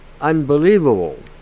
Unbelievable